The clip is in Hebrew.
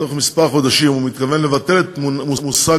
בתוך כמה חודשים הוא מתכוון לבטל את מושג